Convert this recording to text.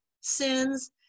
sins